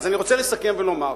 אני רוצה לסכם ולומר: